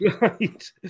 Right